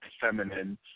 feminine